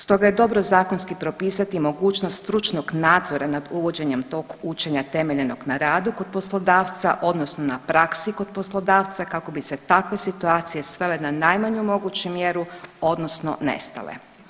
Stoga je dobro zakonski propisati mogućnost stručnog nadzora nad uvođenjem tog učenja temeljenog na radu kod poslodavca odnosno na praksi kod poslodavca kako bi se takve situacije svele na najmanje moguću mjeru odnosno nestale.